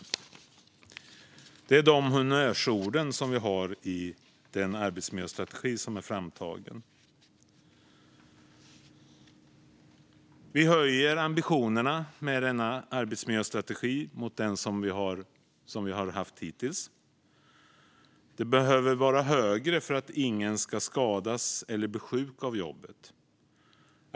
Det är honnörsorden vi har i den arbetsmiljöstrategi som är framtagen. Vi har högre ambitioner i denna arbetsmiljöstrategi än i den som vi har haft hittills. De behöver vara högre för att ingen ska skadas eller bli sjuk av jobbet.